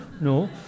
no